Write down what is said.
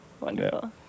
Wonderful